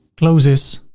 close this